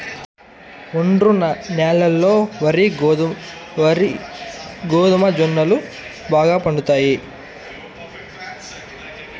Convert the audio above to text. ఒండ్రు న్యాలల్లో వరి, గోధుమ, జొన్నలు బాగా పండుతాయి